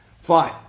Fine